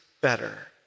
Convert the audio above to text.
better